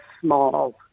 small